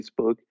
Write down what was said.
Facebook